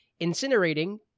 incinerating